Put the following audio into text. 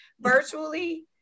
virtually